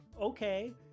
Okay